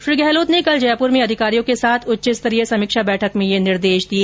श्री गहलोत ने कल जयपुर में अधिकारियों के साथ उच्च स्तरीय समीक्षा बैठक में यह निर्देश दिए